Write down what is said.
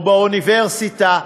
או באוניברסיטה,